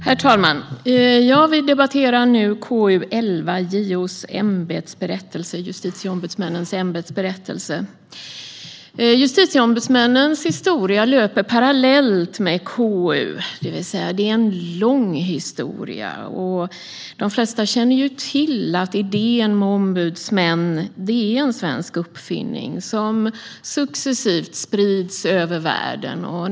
Herr talman! Vi debatterar nu KU11, Justitieombudsmännens ämbetsberättelse . Justitieombudsmännens historia löper parallellt med KU:s - det är en lång historia. De flesta känner till att idén med ombudsmän är en svensk uppfinning, som successivt sprids över världen.